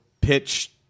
pitch